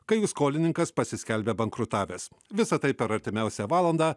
kai jų skolininkas pasiskelbia bankrutavęs visa tai per artimiausią valandą